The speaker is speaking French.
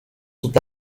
sont